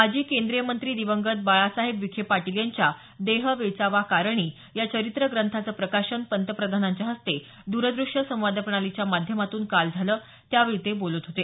माजी केंद्रीय मंत्री दिवंगत बाळासाहेब विखे पाटील यांच्या देह वेचावा कारणी या चरित्र ग्रंथाचं प्रकाशन पंतप्रधानांच्या हस्ते दूरदृश्य संवाद प्रणालीच्या माध्यमातून काल झालं त्यावेळी ते बोलत होते